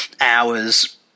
hours